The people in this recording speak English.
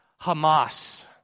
hamas